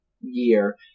year